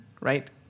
right